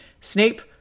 Snape